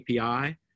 API